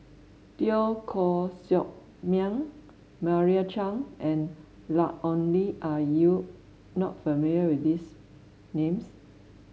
Teo Koh Sock Miang Meira Chand and Ian Ong Li are you not familiar with these names